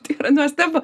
tai yra nuostabu